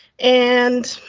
and.